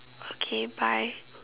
okay bye